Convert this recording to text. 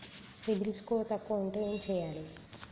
CIBIL score తక్కువ ఉంటే ఏం చేయాలి?